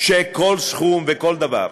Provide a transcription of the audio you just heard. שכל סכום וכל דבר,